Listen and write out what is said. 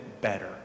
better